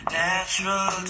natural